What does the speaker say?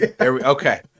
okay